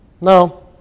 No